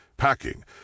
packing